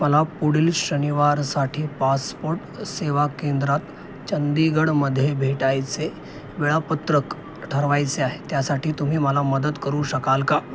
मला पुढील शनिवारसाठी पासपोट सेवा केंद्रात चंदीगडमध्ये भेटायचे वेळापत्रक ठरवायचे आहे त्यासाठी तुम्ही मला मदत करू शकाल का